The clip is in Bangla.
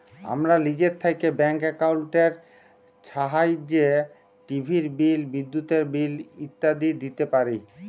আমরা লিজে থ্যাইকে ব্যাংক একাউল্টের ছাহাইয্যে টিভির বিল, বিদ্যুতের বিল ইত্যাদি দিইতে পারি